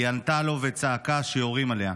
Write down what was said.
היא ענתה לו וצעקה שיורים עליה.